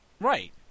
Right